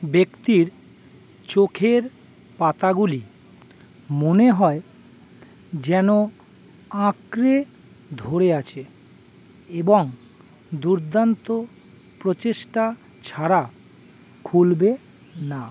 ব্যক্তির চোখের পাতাগুলি মনে হয় যেন আঁকড়ে ধরে আছে এবং দুর্দান্ত প্রচেষ্টা ছাড়া খুলবে না